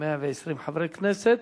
120 חברי הכנסת,